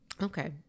Okay